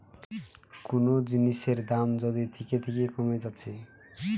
কুনো জিনিসের দাম যদি থিকে থিকে কোমে যাচ্ছে